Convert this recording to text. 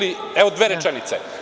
Evo, dve rečenice.